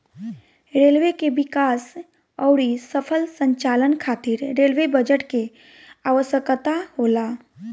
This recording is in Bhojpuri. रेलवे के विकास अउरी सफल संचालन खातिर रेलवे बजट के आवसकता होला